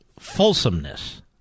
fulsomeness